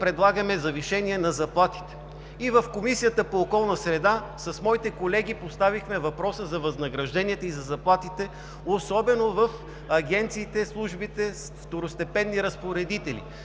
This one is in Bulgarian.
предлагаме завишение на заплатите и в Комисията по околна среда с моите колеги поставихме въпроса за възнагражденията и за заплатите, особено в агенциите, службите, второстепенни разпоредители,